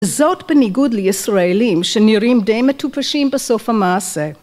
זאת בניגוד לישראלים שנראים די מטופשים בסוף המעשה.